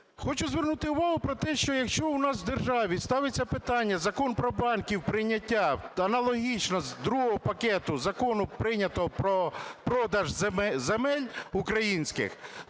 Хочу звернути увагу про те, що, якщо у нас в державі ставиться питання Закон про банки в прийняття аналогічно з другого пакету Закону, прийнятого, про продаж земель українських,